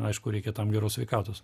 aišku reikia tam geros sveikatos